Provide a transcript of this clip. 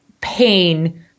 pain